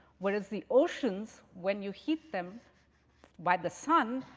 whereas the oceans, when you heat them by the sun,